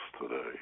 today